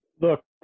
Look